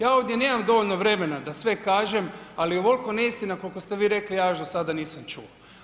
Ja ovdje nemam dovoljno vremena da sve kažem ali ovoliko neistina koliko ste vi rekli ja još do sada nisam čuo.